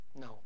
No